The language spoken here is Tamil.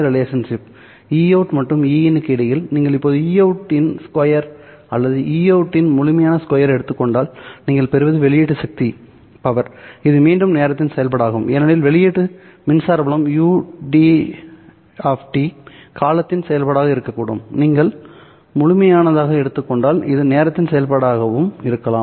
Eout மற்றும் Ein க்கு இடையில் நீங்கள் இப்போது Eout இன் ஸ்கொயர் அல்லது Eout இன் முழுமையான ஸ்கொயர் எடுத்துக் கொண்டால் நீங்கள் பெறுவது வெளியீட்டு சக்தி இது மீண்டும் நேரத்தின் செயல்பாடாகும் ஏனெனில் வெளியீட்டு மின்சார புலம் ud காலத்தின் செயல்பாடாக இருக்கக்கூடும் மேலும் நீங்கள் முழுமையானதாக எடுத்துக் கொண்டால் இது நேரத்தின் செயல்பாடாகவும் இருக்கலாம்